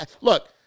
look